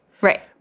Right